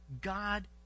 God